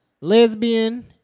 Lesbian